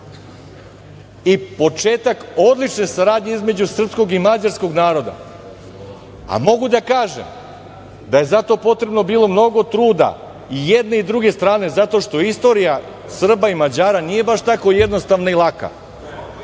i početak odlične saradnje između srpskog i mađarskog naroda. Mogu da kažem da je zato bilo potrebno mnogo truda i jedne i druge strane zato što istorija Srba i Mađara nije baš tako jednostavna i laka. Kada